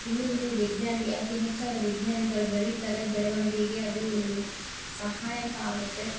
ಇನ್ನು ಇನ್ನು ವಿಜ್ಞಾನಿ ಅತಿ ಹೆಚ್ಚಾದ ವಿಜ್ಞಾನಿಗಳು ಬೆಳಿತಾರೆ ಬೆಳವಣಿಗೆಗೆ ಅದು ಒಂದು ಸಹಾಯಕ ಆಗುತ್ತೆ